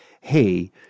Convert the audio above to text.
hey